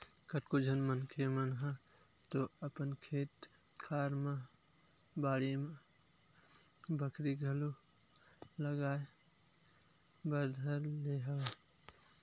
कतको झन मनखे मन ह तो अपन खेत खार मन म बाड़ी बखरी घलो लगाए बर धर ले हवय